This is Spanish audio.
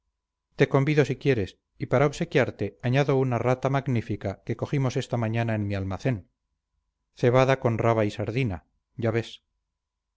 te convido si quieres y para obsequiarte añado una rata magnífica que cogimos esta mañana en mi almacén cebada con raba y sardina ya ves